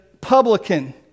publican